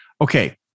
Okay